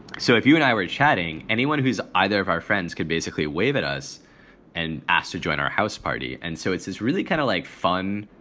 so if you and i were chatting. anyone who's either of our friends could basically wave at us and ask to join our house party. and so it's it's really kind of like fun.